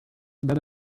that